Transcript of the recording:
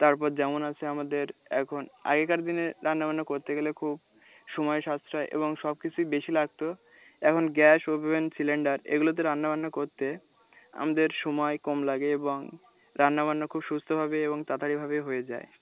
তারপর যেমন আছে আমাদের এখন আগেকার দিনে রান্নাবান্না করতেে গেলে খুব সময় সশ্রয় এবং সব কিছুই বেশি লাগতো এখন গ্যাস সিলিন্ডার এগুলোতে রান্নাবান্না করতে আমাদের সময় কম লাগে এবং রান্নাবান্না খুব সুস্থভাবে এবং তাাতাড়িভাবেই হয়ে যায়